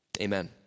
Amen